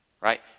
right